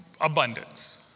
abundance